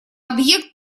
объект